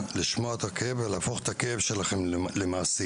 הוא לשמוע את הכאב ולהפוך את הכאב שלכם למעשים.